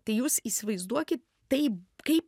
tai jūs įsivaizduokit tai kaip